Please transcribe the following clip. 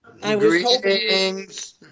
Greetings